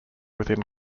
within